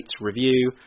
review